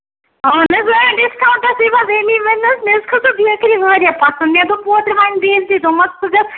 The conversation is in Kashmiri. اَہن حظ اۭں ڈِسکاوُنٛٹَسٕے منٛز أمے وونمو نہ حظ مےٚ حظ کھٔژوٕ بیکری واریاہ پَسنٛد مےٚ دوٚپ اوترٕ وۄنۍ بیٚنہِ تہِ دوٚپمَس ژٕ گژھِ